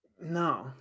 No